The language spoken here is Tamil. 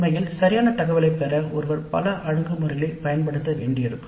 உண்மையில் சரியான தரவைப் பெற ஒருவர் பல அணுகுமுறைகளைப் பயன்படுத்த வேண்டியிருக்கும்